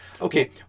Okay